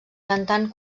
cantant